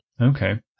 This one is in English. Okay